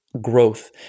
growth